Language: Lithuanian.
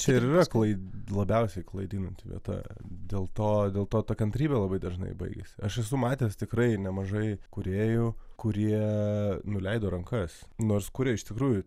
čia yra klaid labiausiai klaidinanti vieta dėl to dėl to ta kantrybė labai dažnai baigiasi aš esu matęs tikrai nemažai kūrėjų kurie nuleido rankas nors kuria iš tikrųjų